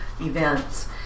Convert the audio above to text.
events